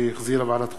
שהחזירה ועדת החוקה,